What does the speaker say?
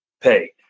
pay